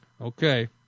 Okay